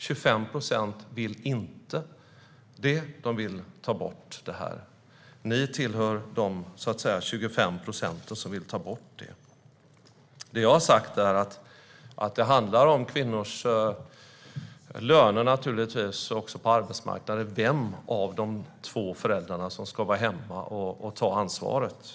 25 procent vill inte det utan vill ta bort det. Ni tillhör de 25 procent som vill ta bort det. Det jag har sagt är att det handlar om kvinnors löner och vem av de två föräldrarna som ska vara hemma och ta ansvaret.